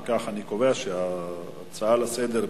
אם כך אני קובע שההצעה לסדר-היום,